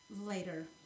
later